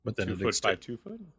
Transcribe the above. Two-foot-by-two-foot